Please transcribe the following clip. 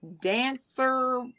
dancer